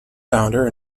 founder